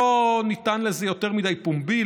לא ניתַן לזה יותר מדי פומבי,